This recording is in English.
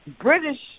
British